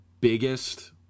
biggest